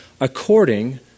according